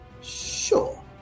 sure